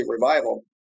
revival